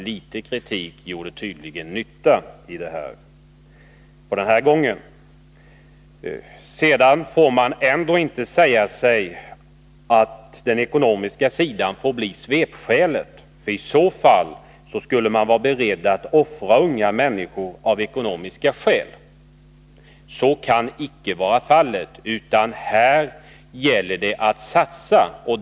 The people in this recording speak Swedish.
Litet kritik gjorde tydligen nytta denna gång. Man får inte låta den ekonomiska situationen bli ett svepskäl. Det skulle innebära att man skulle vara beredd att offra unga människor av ekonomiska skäl. Så kan icke vara fallet, utan här gäller det att satsa offensivt.